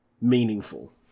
meaningful